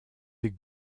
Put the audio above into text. des